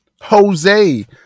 Jose